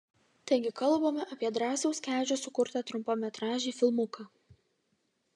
taigi kalbame apie drąsiaus kedžio sukurtą trumpametražį filmuką